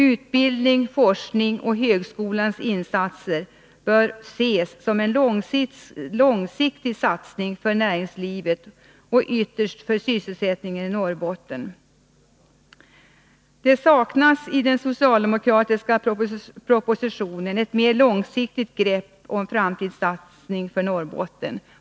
Utbildningens och högskolans insatser bör ses som en långsiktig satsning för näringslivet och ytterst för sysselsättningen i Norrbotten. Det saknas i den socialdemokratiska propositionen en mer långsiktig framtidssatsning på Norrbotten.